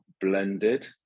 blended